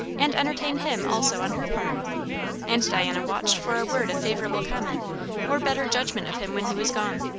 and entertained him also on her part and diana watched for a word of favourable comment or better judgment of him when he was gone.